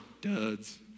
duds